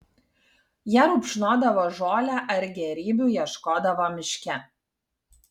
jie rupšnodavo žolę ar gėrybių ieškodavo miške